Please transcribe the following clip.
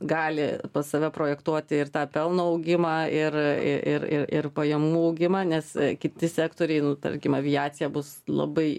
gali pats save projektuoti ir tą pelno augimą ir į ir ir ir pajamų augimą nes kiti sektoriai tarkim aviacija bus labai